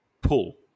pull